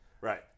right